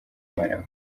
malawi